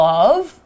Love